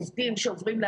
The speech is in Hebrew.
אנחנו עובדים,